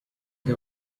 che